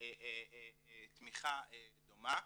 תמיכה דומה,